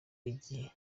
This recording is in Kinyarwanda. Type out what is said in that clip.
igihe